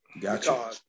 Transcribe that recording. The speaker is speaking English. Gotcha